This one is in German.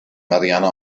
marianne